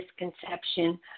misconception